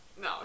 No